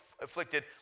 afflicted